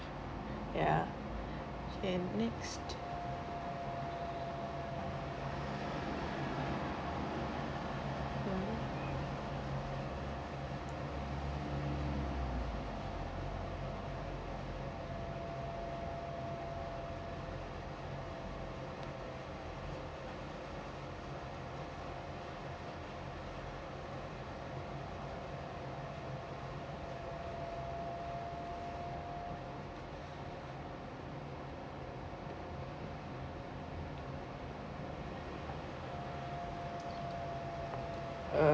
ya okay next